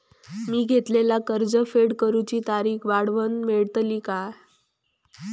मी घेतलाला कर्ज फेड करूची तारिक वाढवन मेलतली काय?